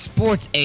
Sports